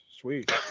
Sweet